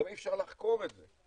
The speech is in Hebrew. גם אי-אפשר לחקור את זה.